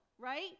right